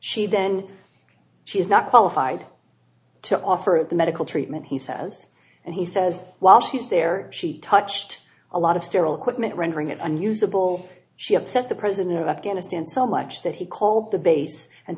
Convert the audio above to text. she then she is not qualified to offer of the medical treatment he says and he says while she's there she touched a lot of sterile equipment rendering it unusable she upset the president of afghanistan so much that he called the base and